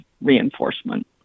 reinforcement